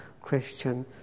Christian